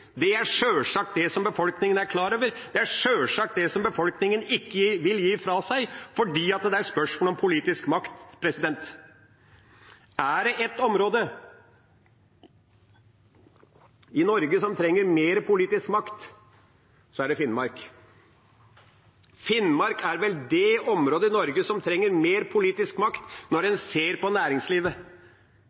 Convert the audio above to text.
Det er sjølsagt det som befolkningen er klar over. Det er sjølsagt det som befolkningen ikke vil gi fra seg, fordi det er et spørsmål om politisk makt. Er det ett område i Norge som trenger mer politisk makt, er det Finnmark. Finnmark er vel det området i Norge som trenger mer politisk makt, når en ser på næringslivet.